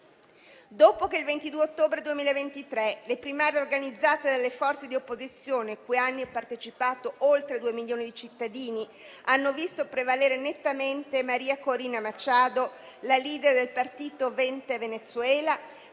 Dopo che il 22 ottobre 2023 le primarie organizzate dalle forze di opposizione, cui hanno partecipato oltre 2 milioni di cittadini, hanno visto prevalere nettamente Maria Corina Machado, la *leader* del partito Vente Venezuela,